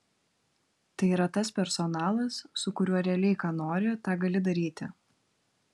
tai yra tas personalas su kuriuo realiai ką nori tą gali daryti